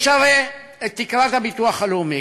יש הרי תקרת הביטוח הלאומי.